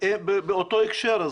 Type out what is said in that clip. באותו הקשר,